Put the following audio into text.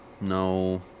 No